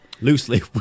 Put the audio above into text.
loosely